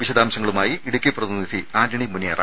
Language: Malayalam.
വിശദാംശങ്ങളുമായി ഇടുക്കി പ്രതിനിധി ആന്റണി മുനിയറ